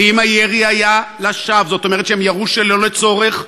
ואם הירי היה לשווא, זאת אומרת שהם ירו שלא לצורך,